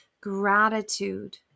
Gratitude